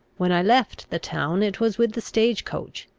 when i left the town it was with the stage-coach,